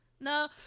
No